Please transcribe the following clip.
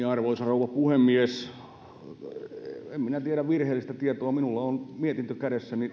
arvoisa rouva puhemies en minä tiedä virheellisestä tiedosta minulla on mietintö kädessäni